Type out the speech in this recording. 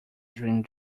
dream